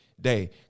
day